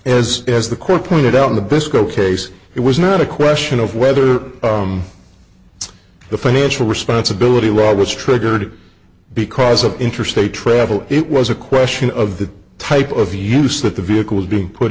as as the court pointed out in the biscoe case it was not a question of whether the financial responsibility law was triggered because of interstate travel it was a question of the type of use that the vehicle was being put